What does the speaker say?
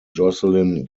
jocelyn